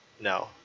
No